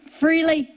freely